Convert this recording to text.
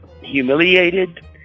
humiliated